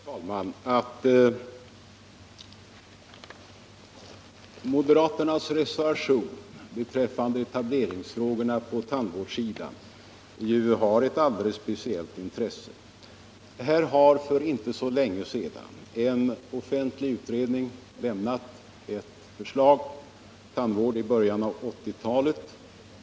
Herr talman! Jag påpekade i mitt första inlägg att moderaternas reservation beträffande etableringsfrågorna på tandvårdssidan har ett alldeles speciellt intresse. För inte så länge sedan har en offentlig utredning lämnat ett förslag — Tandvården i början av 80-talet.